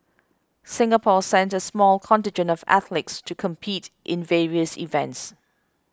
Singapore sent a small contingent of athletes to compete in various events